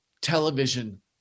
television